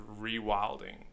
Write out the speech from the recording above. rewilding